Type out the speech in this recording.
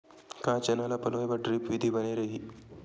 का चना ल पलोय बर ड्रिप विधी बने रही?